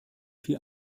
viel